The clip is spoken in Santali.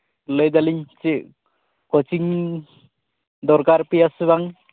ᱞᱟᱹᱭᱫᱟᱞᱤᱧ ᱪᱮᱫ ᱠᱳᱪᱤᱝ ᱫᱚᱨᱠᱟᱨᱟᱯᱮᱭᱟ ᱥᱮ ᱵᱟᱝ